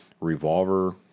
revolver